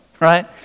Right